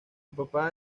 papá